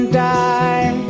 die